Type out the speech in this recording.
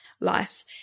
life